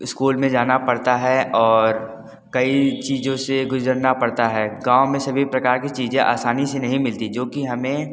school में जाना पड़ता है और कई चीजों से गुजरना पड़ता है गाँव में सभी प्रकार की चीजें आसानी से नहीं मिलती जो कि हमें